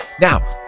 Now